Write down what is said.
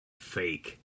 fake